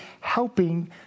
helping